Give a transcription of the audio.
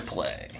Play